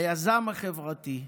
היזם החברתי,